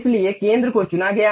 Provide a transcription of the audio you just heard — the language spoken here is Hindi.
इसलिए केंद्र को चुना गया है